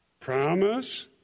promise